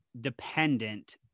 dependent